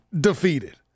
defeated